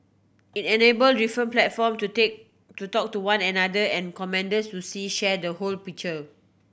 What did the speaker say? it enable different platform to take to talk to one another and commanders to see share the whole picture